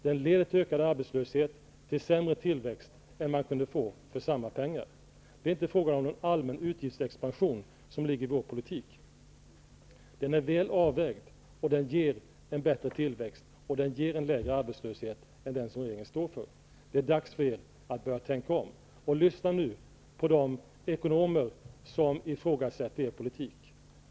Den leder till ökad arbetslöshet och till sämre tillväxt än man kunde få för samma pengar. Det ligger inte någon allmän utgiftsexpansion i vår politik. Den är väl avvägd och den ger en bättre tillväxt och lägre arbetslöshet än den som regeringen står för. Det är dags för er att börja tänka om. Lyssna nu på de ekonomer som ifrågasätter er politik!